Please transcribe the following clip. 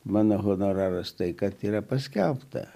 mano honoraras tai kad yra paskelbta